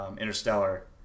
Interstellar